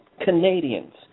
Canadians